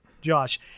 Josh